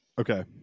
okay